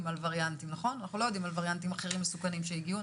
על וריאנטים אחרים ומסוכנים שהגיעו,